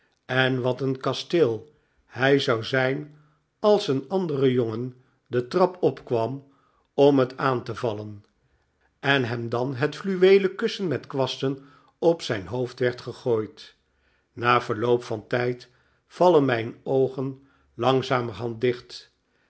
en wat een kasteel hij zou zijn als een andere jongen de trap opkwam om het aan te vallen en hem dan het fluweelen kussen met kwasten op zijn hoofd werd gegooid na verloop van tijd vallen mijn oogen langzamerhand